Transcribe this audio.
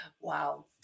wow